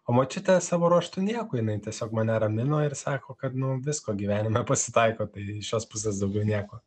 o močiutė savo ruožtu nieko jinai tiesiog mane ramino ir sako kad nu visko gyvenime pasitaiko tai iš jos pusės daugiau nieko